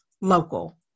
local